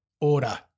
order